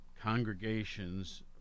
congregations